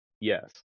Yes